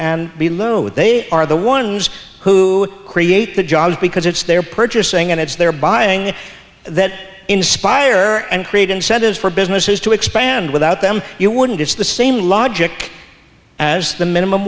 and below what they are the ones who create the jobs because it's their purchasing and it's their buying that inspire and create incentives for businesses to expand without them you wouldn't it's the same logic as the minimum